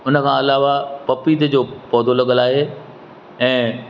उन खां अलावा पपीते जो पौधो लॻल आहे ऐं